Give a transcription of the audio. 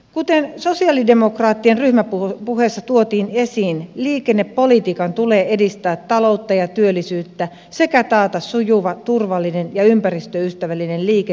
kuten sosialidemokraattien ryhmäpuheessa tuotiin esiin liikennepolitiikan tulee edistää taloutta ja työllisyyttä sekä taata sujuva turvallinen ja ympäristöystävällinen liikenne kansalaisille